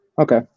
Okay